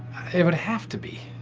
it would have to be.